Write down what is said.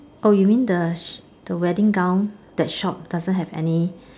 oh you mean the the wedding gown that shop doesn't have any